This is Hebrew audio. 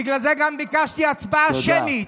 בגלל זה גם ביקשתי הצבעה שמית.